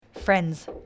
Friends